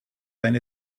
eine